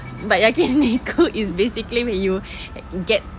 but yakiniku is basically you get